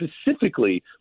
specifically